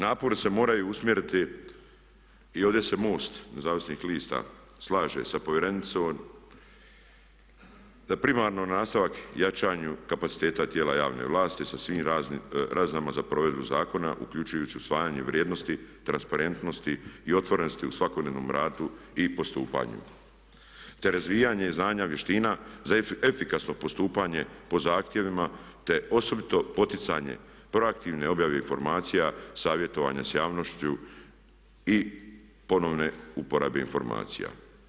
Napori se moraju usmjeriti i ovdje se MOST-nezavisnih lista slaže sa povjerenicom da primarno na nastavak jačanju kapaciteta tijela javne vlasti sa svim razinama za provedbu zakona uključujući usvajanje vrijednosti, transparentnosti i otvorenosti u svakodnevnom radu i postupanju, te razvijanje znanja, vještina za efikasno postupanje po zahtjevima te osobito poticanje pro aktivne objave informacija, savjetovanje sa javnošću i ponovne uporabe informacija.